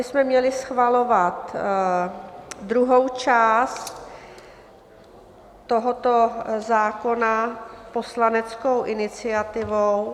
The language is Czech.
Dnes bychom měli schvalovat druhou část tohoto zákona poslaneckou iniciativou.